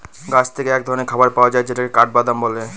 গাছ থেকে এক ধরনের খাবার পাওয়া যায় যেটাকে কাঠবাদাম বলে